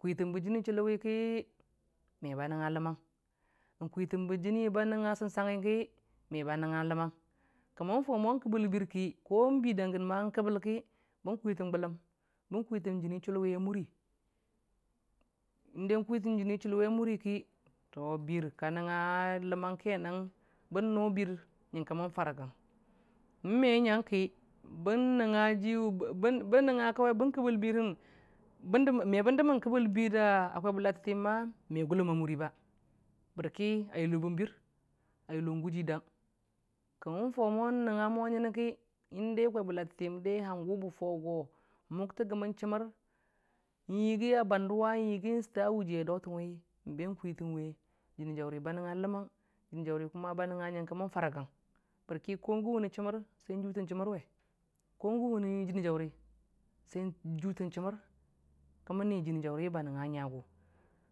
Kwitənbe jəni chəlluwi ki me ba nəngnga ləmang kwitən be jəni ba nəngnga səngsangngi me ba ləm, ki mən fau mo kəbəl bir ki kwitən be jəni chəlluwi ko səngsangngi me ba ləm kwitən jəni chəlu a mʊri bən kwitən jəni chəlluwi a mʊri ki to bir ka nəngngna ləməng bən no bir yənka mən fare gərən mme nyanki bən nn bən nəngngn jiwʊ me bən dəmən kəbəl birda kwai bə latətətiyəm ma me gʊlʊm a muri ba bər a yʊlo bə bir nən gʊji dang ki mən fau mo nəngnga mo ngəne ki da kwai bə latətiyəm bə fan go mʊktətən chəmər yəgi a banduwa nyəgi sʊtawe ji a daʊtənwi ben kwitənwe jəni jaʊri ba nəngnga ləmang jəni jaʊri kuma ba nəngnga ngənke fare rəgən bərki gən wʊne. jʊtən chəmər we ko gən wʊme jəni jauri sai jutən chəmər kiməni jəni jaʊri hi ba nəngnga ngagu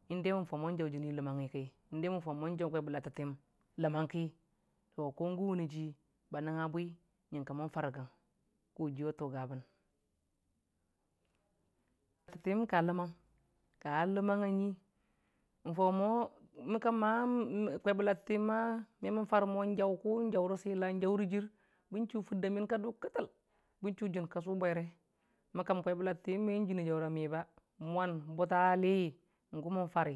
mən fan mon jaʊ jəni jaʊri ləmangngi ki mən fau mon jaʊ kwai bə lalətiyəm ləmang ki ko gən wʊne ji ba nəngnga bwi ngənke faregən kojiyʊ a tʊga bən, bərki ka ləmang məkam ma memən fare mo jau kʊ jau rə sila njau rəjɨr bən chʊ turda miyən ka dʊ kətəl bən chʊ jun ka sʊ bwaire mə kam kwai bə latətiyəm meen jəni jauri a mi a mwan butali gu mə fari.